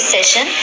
Session